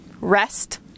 rest